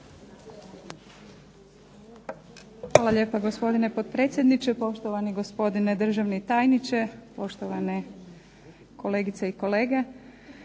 Hvala lijepa gospodine potpredsjedniče, poštovani gospodine državni tajniče, poštovane kolegice i kolege.